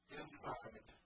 inside